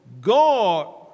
God